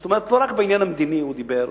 זאת אומרת, לא רק בעניין המדיני הוא דיבר.